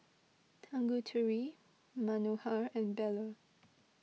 Tanguturi Manohar and Bellur